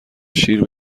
شیر